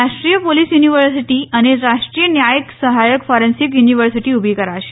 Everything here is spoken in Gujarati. રાષ્ટ્રીય પોલીસ યુનિવર્સિટી અને રાષ્ટ્રીય ન્યાય સહાયક ફોરેન્સિક યુનિવર્સિટી ઊલી કરાશે